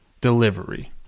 delivery